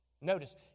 Notice